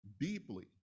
deeply